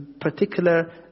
particular